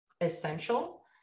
essential